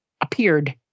appeared